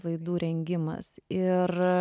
laidų rengimas ir